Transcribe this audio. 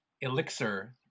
elixir